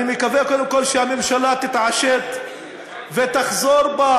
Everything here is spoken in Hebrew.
אני מקווה קודם כול שהממשלה תתעשת ותחזור בה